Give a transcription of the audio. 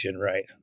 right